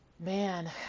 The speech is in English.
Man